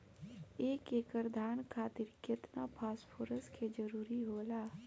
एक एकड़ धान खातीर केतना फास्फोरस के जरूरी होला?